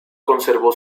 conservó